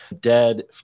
dead